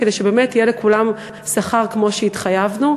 כדי שבאמת יהיה לכולם שכר כמו שהתחייבנו.